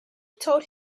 told